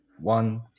one